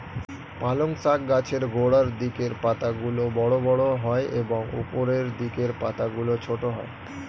পালং শাক গাছের গোড়ার দিকের পাতাগুলো বড় বড় হয় এবং উপরের দিকের পাতাগুলো ছোট হয়